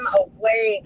away